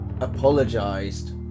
apologised